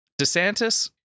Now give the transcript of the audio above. DeSantis